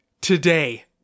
today